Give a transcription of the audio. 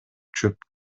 чөп